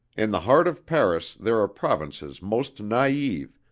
in the heart of paris there are provinces most naive,